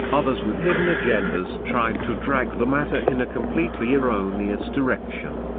others with hidden agendas tried to drag the matter in a completely erroneous direction.